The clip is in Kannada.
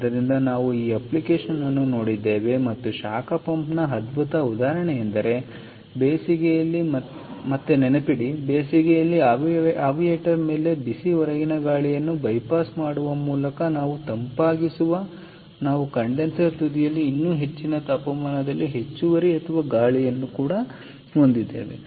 ಆದ್ದರಿಂದ ನಾವು ಈ ಅಪ್ಲಿಕೇಶನ್ ಅನ್ನು ನೋಡಿದ್ದೇವೆ ಮತ್ತು ಶಾಖ ಪಂಪ್ನ ಅದ್ಭುತ ಉದಾಹರಣೆಯೆಂದರೆ ಬೇಸಿಗೆಯಲ್ಲಿ ಮತ್ತೆ ನೆನಪಿಡಿ ಆವಿಯೇಟರ್ ಮೇಲೆ ಬಿಸಿ ಹೊರಗಿನ ಗಾಳಿಯನ್ನು ಬೈಪಾಸ್ ಮಾಡುವ ಮೂಲಕ ನಾವು ತಂಪಾಗಿಸುವಾಗ ನಾವು ಕಂಡೆನ್ಸರ್ ತುದಿಯಲ್ಲಿ ಇನ್ನೂ ಹೆಚ್ಚಿನ ತಾಪಮಾನದಲ್ಲಿ ಹೆಚ್ಚುವರಿ ಅಥವಾ ಗಾಳಿಯನ್ನು ಹೊಂದಿದ್ದೇವೆ